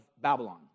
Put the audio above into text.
Babylon